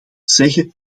zeggen